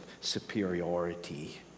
superiority